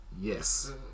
Yes